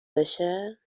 بشه